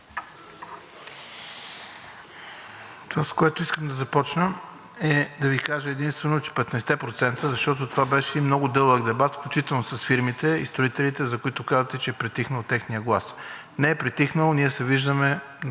Това, с което искам да започна, е да Ви кажа единствено за 15-те процента, защото това беше много дълъг дебат, включително с фирмите и строителите, за които казвате, че е притихнал техният глас. Не е притихнал. Ние се виждаме